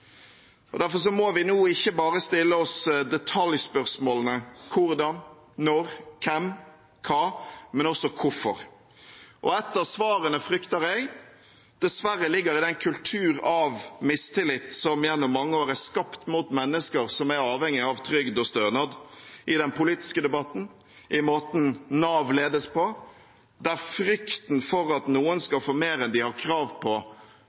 Derfor må vi nå ikke bare stille oss detaljspørsmålene hvordan, når, hvem og hva, men også hvorfor. Ett av svarene frykter jeg dessverre ligger i den kulturen av mistillit som gjennom mange år er skapt mot mennesker som er avhengige av trygd og stønad, i den politiske debatten, og i måten Nav ledes på, der frykten for at noen skal få mer enn de har krav på,